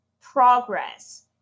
progress